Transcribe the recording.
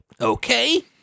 Okay